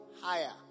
higher